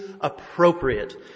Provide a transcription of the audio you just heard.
appropriate